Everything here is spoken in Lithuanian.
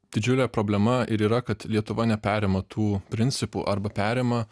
didžiulė problema ir yra kad lietuva neperima tų principų arba perima